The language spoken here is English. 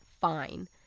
fine